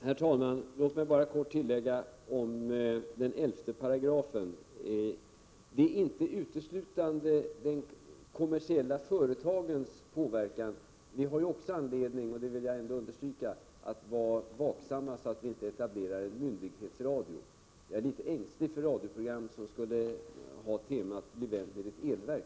Herr talman! Låt mig bara få göra ett tillägg angående 11 §. Paragrafen gäller inte uteslutande de kommersiella företagens påverkan. Vi har också anledning — det vill jag understryka — att vara vaksamma så att vi inte etablerar en myndighetsradio. Jag är litet ängslig för en radioverksamhet som genomgående skulle ha teman av typen ”Bli vän med ditt elverk”.